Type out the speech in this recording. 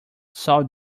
saw